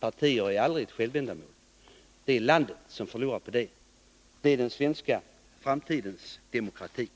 Partier är aldrig något självändamål. Förlorarna är landet och den framtida svenska demokratin.